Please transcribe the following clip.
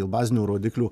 dėl bazinių rodiklių